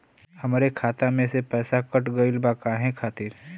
हमरे खाता में से पैसाकट गइल बा काहे खातिर?